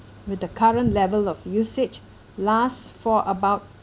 with the current level of usage last for about